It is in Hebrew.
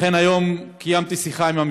לכן היום קיימתי שיחה עם המשפחה.